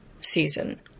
season